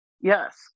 Yes